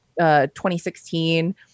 2016